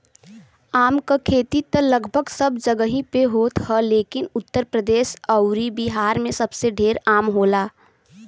आम क खेती त लगभग सब जगही पे होत ह लेकिन उत्तर प्रदेश अउरी बिहार में सबसे ढेर आम होला